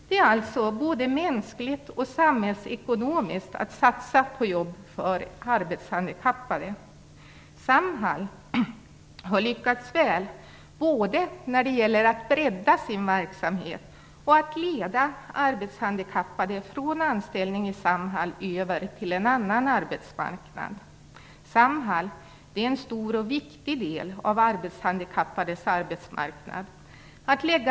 Det är alltså både mänskligt och samhällsekonomiskt lönsamt att satsa på jobb för arbetshandikappade. Samhall har lyckats väl både med att bredda sin verksamhet och med att leda arbetshandikappade från anställning i Samhall över till en annan arbetsmarknad. Samhall är en stor och viktig del av arbetshandikappades arbetsmarknad.